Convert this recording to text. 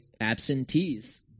Absentees